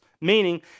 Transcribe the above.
Meaning